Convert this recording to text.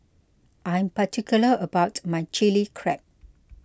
I am particular about my Chilli Crab